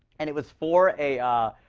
and it was for a